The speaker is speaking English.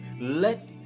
let